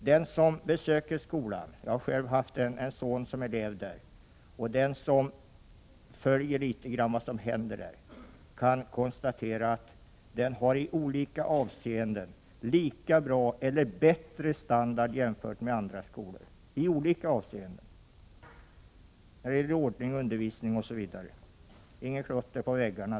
Den som besöker skolan — jag har själv haft en son som elev där — och den som följer litet grand vad som händer där kan konstatera att skolan i olika avseenden har lika bra eller bättre standard jämfört med andra skolor när det gäller ordning och undervisning, osv. — där finns inget klotter på väggarna.